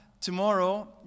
tomorrow